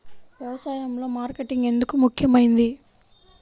వ్యసాయంలో మార్కెటింగ్ ఎందుకు ముఖ్యమైనది?